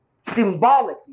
symbolically